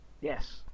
Yes